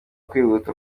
kwihuta